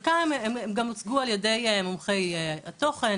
הם גם הוצגו על ידי מומחי התוכן,